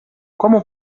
como